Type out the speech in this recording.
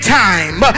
time